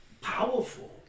powerful